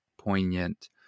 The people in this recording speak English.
poignant